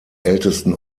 ältesten